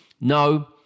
No